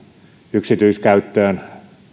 yksityiskäyttöön